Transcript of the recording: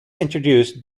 introduced